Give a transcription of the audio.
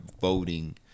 voting